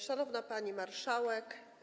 Szanowna Pani Marszałek!